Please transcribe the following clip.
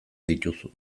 dituzu